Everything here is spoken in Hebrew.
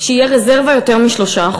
שתהיה רזרבה יותר מ-3%.